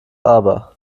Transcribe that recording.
aber